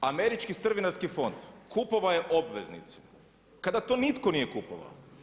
Američki strvinarski fond kupovao je obveznice kada to nitko nije kupovao.